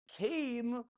came